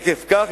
עקב כך,